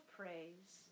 praise